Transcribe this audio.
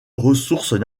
ressources